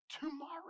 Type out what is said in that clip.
tomorrow